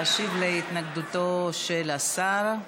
להשיב להתנגדותו של השר.